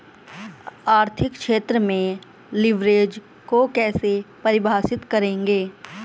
आर्थिक क्षेत्र में लिवरेज को कैसे परिभाषित करेंगे?